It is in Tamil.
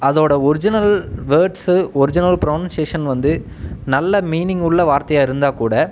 அதோடய ஒரிஜினல் வேர்ட்ஸ்ஸு ஒரிஜினல் ப்ரொனொன்சேஷன் வந்து நல்ல மீனிங் உள்ள வார்த்தையாக இருந்தாக்கூட